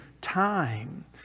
time